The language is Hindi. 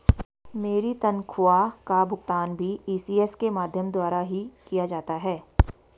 मेरी तनख्वाह का भुगतान भी इ.सी.एस के माध्यम द्वारा ही किया जाता है